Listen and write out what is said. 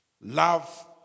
Love